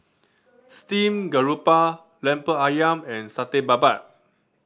steamed garoupa Lemper Ayam and Satay Babat